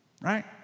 right